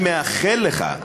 אני מאחל לך,